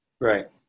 Right